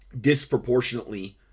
disproportionately